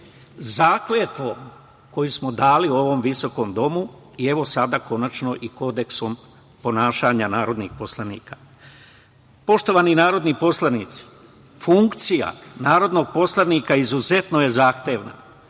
zakletvom koju smo dali u ovom visokom domu i, evo, sada konačno i kodeksom ponašanja narodnih poslanika. Poštovani narodni poslanici, funkcija narodnog poslanika izuzetno je zahtevna,